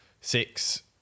six